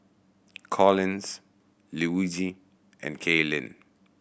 Collins Luigi and Kaylin